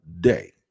day